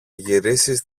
γυρίσεις